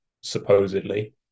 supposedly